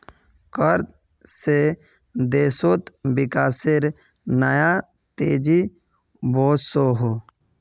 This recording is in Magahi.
कर से देशोत विकासेर नया तेज़ी वोसोहो